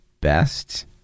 best